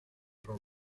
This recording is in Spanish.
roma